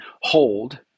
hold